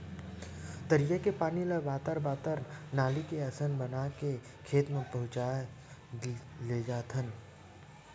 तरिया के पानी ल पातर पातर नाली असन बना के खेत म पहुचाए लेजाथन